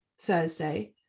Thursday